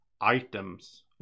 items